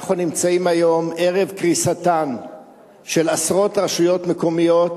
אנחנו נמצאים היום ערב קריסתן של עשרות רשויות מקומיות